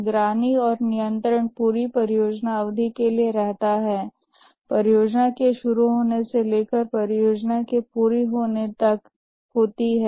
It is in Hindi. निगरानी और नियंत्रण पूरी परियोजना अवधि के लिए रहता है परियोजना के शुरू होने से लेकर परियोजना के पूरा होने तक होती है